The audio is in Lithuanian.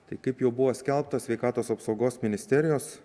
tai kaip jau buvo skelbta sveikatos apsaugos ministerijos